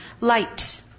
light